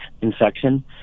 infection